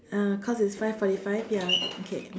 ah cause it's five forty five ya okay